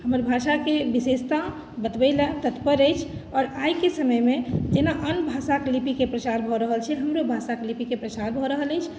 हमर भाषाके विशेषता बतबै लेल तत्पर अछि आओर आइके समयमे जेना अन्य भाषाके लिपिके प्रचार भऽ रहल छै हमरो भाषाके लिपिके प्रचार भऽ रहल अछि